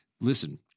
listen